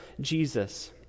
Jesus